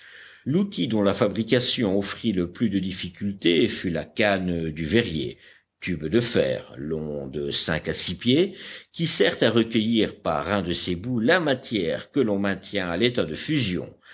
l'outil dont la fabrication offrit le plus de difficulté fut la canne du verrier tube de fer long de cinq à six pieds qui sert à recueillir par un de ses bouts la matière que l'on maintient à l'état de fusion